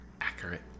accurate